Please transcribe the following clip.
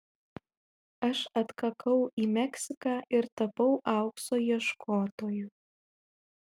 aš atkakau į meksiką ir tapau aukso ieškotoju